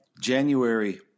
january